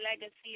legacy